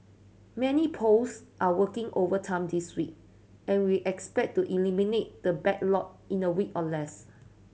many post are working overtime this week and we expect to eliminate the backlog in a week or less